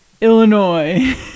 Illinois